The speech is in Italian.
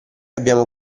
abbiamo